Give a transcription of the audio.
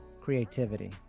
creativity